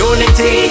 Unity